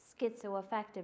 schizoaffective